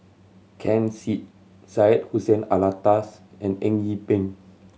Ken Seet Syed Hussein Alatas and Eng Yee Peng